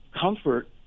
comfort